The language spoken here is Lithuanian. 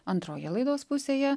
antroje laidos pusėje